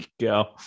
go